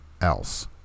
else